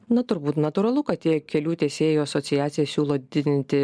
na turbūt natūralu kad tie kelių teisėjų asociacija siūlo didinti